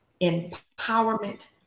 empowerment